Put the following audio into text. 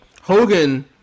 hogan